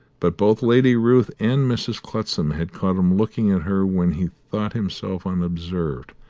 but both lady ruth and mrs. clutsam had caught him looking at her when he thought himself unobserved,